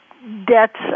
Debts